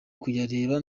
kuyareba